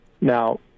now